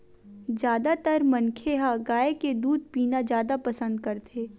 जादातर मनखे ह गाय के दूद पीना जादा पसंद करथे